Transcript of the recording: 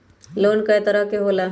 Loan कय तरह के होला?